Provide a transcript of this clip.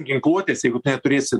ginkluotės jeigu tu neturėsi